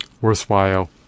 worthwhile